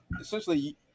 essentially